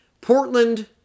Portland